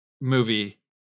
movie